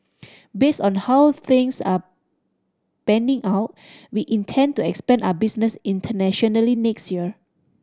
based on the how things are panning out we intend to expand our business internationally next year